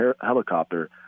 helicopter